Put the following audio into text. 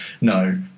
no